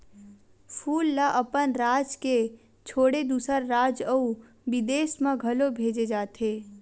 फूल ल अपन राज के छोड़े दूसर राज अउ बिदेस म घलो भेजे जाथे